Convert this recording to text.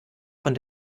von